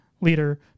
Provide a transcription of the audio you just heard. leader